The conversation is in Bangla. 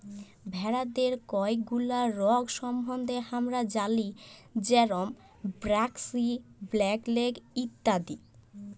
ভেরাদের কয়ে গুলা রগ সম্বন্ধে হামরা জালি যেরম ব্র্যাক্সি, ব্ল্যাক লেগ ইত্যাদি